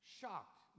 shocked